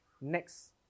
Next